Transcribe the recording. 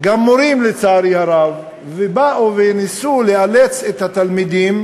גם מורים, לצערי הרב, וניסו לאלץ את התלמידים